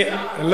עשר דקות.